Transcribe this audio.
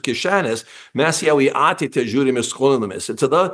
kišenės mes jau į ateitį žiūrime skolinamės ir tada